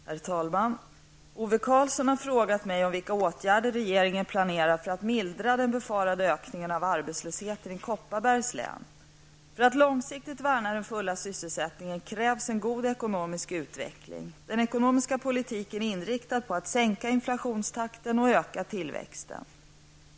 Herr talman! Ove Karlsson har frågat mig om vilka åtgärder regeringen planerar för att mildra den befarade ökningen av arbetslösheten i Kopparbergs län. För att långsiktigt värna den fulla sysselsättningen krävs en god ekonomisk utveckling. Den ekonomiska politiken är inriktad på att sänka inflationstakten och öka tillväxten.